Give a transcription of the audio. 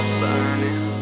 burning